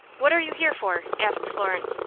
what are you here for? asked florence,